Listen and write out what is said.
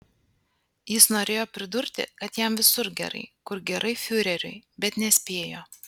jis norėjo pridurti kad jam visur gerai kur gerai fiureriui bet nespėjo